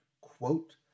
quote